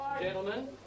gentlemen